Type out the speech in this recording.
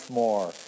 more